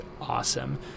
awesome